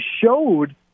showed